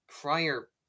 prior